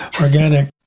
organic